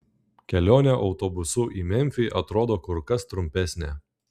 kelionė autobusu į memfį atrodo kur kas trumpesnė